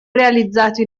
realizzato